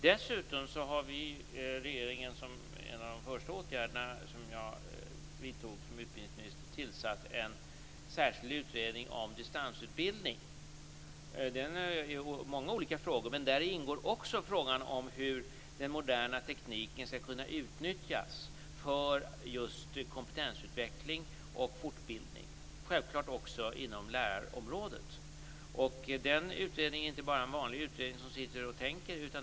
Dessutom har regeringen - och det var en av de första åtgärderna jag vidtog som utbildningsminister - tillsatt en särskild utredning om distansutbildning. Den innehåller många olika frågor, bl.a. frågan om hur den moderna tekniken skall kunna utnyttjas för kompetensutveckling och fortbildning - självfallet också inom lärarområdet. Det här är inte bara en vanlig utredning som sitter och tänker.